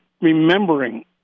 remembering